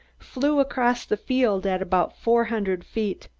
flew across the field at about four hundred feet,